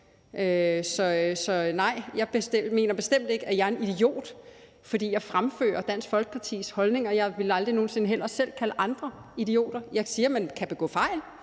Så nej, jeg mener bestemt ikke, at jeg er en idiot, fordi jeg fremfører Dansk Folkepartis holdninger, og jeg ville heller aldrig nogen sinde selv kalde andre idioter. Jeg siger, at man kan begå fejl,